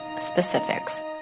specifics